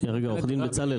שנייה רגע, חה"כ בצלאל.